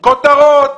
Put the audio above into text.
כותרות,